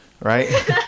right